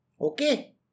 Okay